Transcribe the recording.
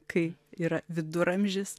kai yra viduramžis